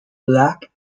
black